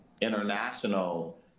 international